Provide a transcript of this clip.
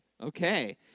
Okay